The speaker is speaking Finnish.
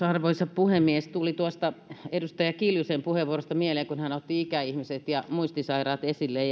arvoisa puhemies tuli tuosta edustaja kiljusen puheenvuorosta mieleen kun hän otti ikäihmiset ja muistisairaat esille